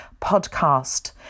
Podcast